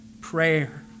prayer